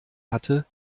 hatte